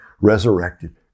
resurrected